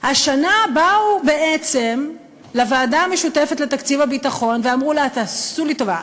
השנה באו בעצם לוועדה המשותפת לתקציב הביטחון ואמרו לה: תעשו לי טובה,